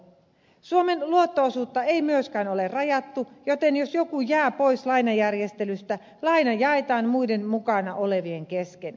suomen luotto osuutta ei myöskään ole rajattu joten jos joku jää pois lainajärjestelystä laina jaetaan muiden mukana olevien kesken